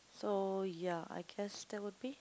so ya I guess that would be